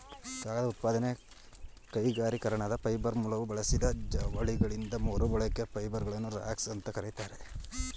ಕಾಗದ ಉತ್ಪಾದನೆ ಕೈಗಾರಿಕೀಕರಣದ ಫೈಬರ್ ಮೂಲವು ಬಳಸಿದ ಜವಳಿಗಳಿಂದ ಮರುಬಳಕೆಯ ಫೈಬರ್ಗಳನ್ನು ರಾಗ್ಸ್ ಅಂತ ಕರೀತಾರೆ